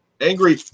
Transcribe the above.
Angry